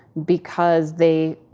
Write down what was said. because they.